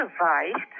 survived